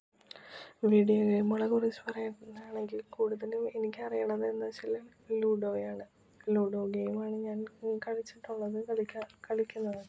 video ഗെയിമുകളെ കുറിച്ച് പറയുവാനാണെങ്കില് കൂടുതൽ എനിക്ക് അറിയുന്നത് എന്നു വച്ചാൽ ലുഡോയാണ് ലുഡോ ഗെയിമാണ് ഞാന് കളിച്ചിട്ടൂള്ളത് കളിക്കുക കളിക്കുന്നതൊക്കെ